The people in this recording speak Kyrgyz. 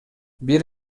бир